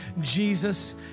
jesus